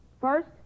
First